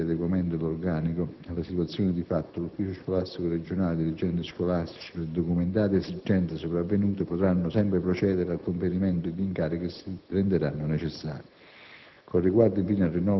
Faccio anche presente che, in sede di adeguamento dell'organico alla situazione di fatto, l'Ufficio scolastico regionale e i dirigenti scolastici per documentate esigenze sopravvenute, potranno sempre procedere al conferimento degli incarichi che si renderanno necessari.